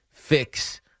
fix